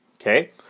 Okay